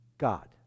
God